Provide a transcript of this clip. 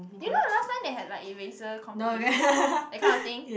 you know last time they had like eraser competition that kind of thing